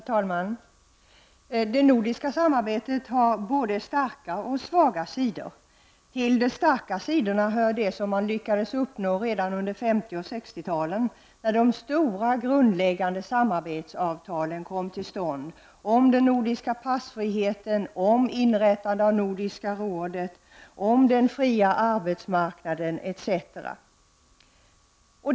Herr talman! Det nordiska samarbetet har både starka och svaga sidor. Till de starka sidorna hör det som man lyckades uppnå redan under 1950 och 60-talen när de stora grundläggande samarbetsavtalen kom till stånd om den nordiska passfriheten, om inrättande av Nordiska rådet, om den fria arbetsmarknaden etc.